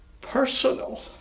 personal